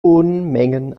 unmengen